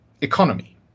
economy